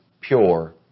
pure